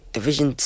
Division